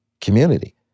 community